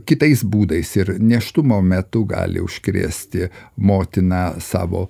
kitais būdais ir nėštumo metu gali užkrėsti motina savo